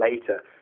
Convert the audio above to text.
later